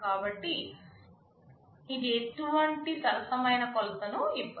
కాబట్టి ఇది ఎటువంటి సరసమైన కొలతను ఇవ్వదు